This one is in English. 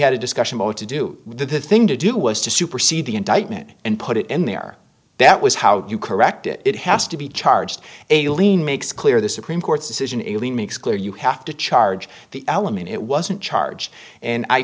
had a discussion well to do the thing to do was to supersede the indictment and put it in there that was how you correct it it has to be charged a lien makes clear the supreme court's decision alien makes clear you have to charge the element it wasn't charged and i